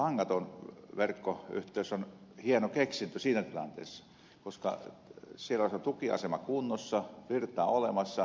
tämä langaton verkkoyhteys on hieno keksintö siinä tilanteessa koska siellä on se tukiasema kunnossa virtaa olemassa systeemit toimivat